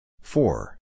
four